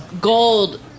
Gold